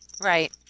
Right